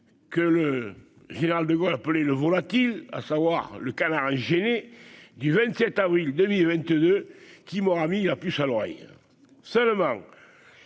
que le général de Gaulle, appelé le volatile, à savoir le canard gêné du 27 avril 2022 qui m'aura mis la puce à l'oreille, seulement,